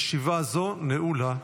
אין נגד, אין נמנעים.